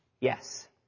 yes